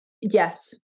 yes